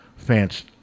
fans